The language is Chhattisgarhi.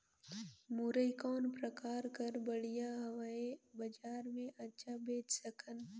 मुरई कौन प्रकार कर बढ़िया हवय? बजार मे अच्छा बेच सकन